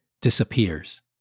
disappears